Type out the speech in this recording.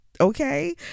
Okay